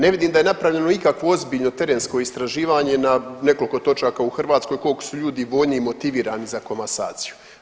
Ne vidim da je napravljeno ikakvo ozbiljno terensko istraživanje na nekoliko točaka u Hrvatskoj koliko su ljudi voljni i motivirani za komasaciju.